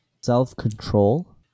self-control